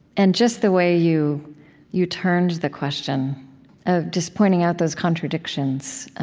and just the way you you turned the question of just pointing out those contradictions